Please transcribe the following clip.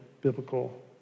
biblical